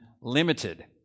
limited